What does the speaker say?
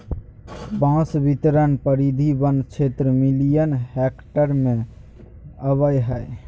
बांस बितरण परिधि वन क्षेत्र मिलियन हेक्टेयर में अबैय हइ